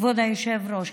כבוד היושב-ראש,